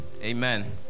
Amen